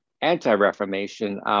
anti-Reformation